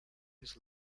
his